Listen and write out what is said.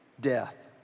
death